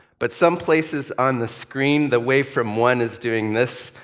but some places on the screen, the wave from one is doing this,